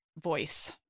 voice